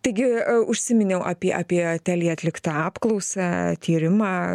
taigi u užsiminiau apie apie telia atliktą apklausą tyrimą